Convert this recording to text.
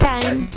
Time